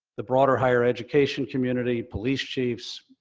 the broader higher education community, police chiefs,